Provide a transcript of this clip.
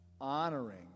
honoring